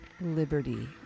Liberty